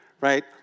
right